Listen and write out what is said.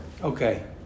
Okay